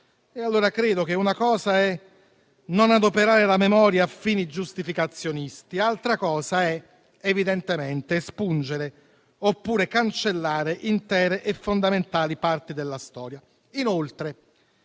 credo che una cosa sia non adoperare la memoria a fini giustificazionisti, altra evidentemente è espungere oppure cancellare intere e fondamentali parti della storia.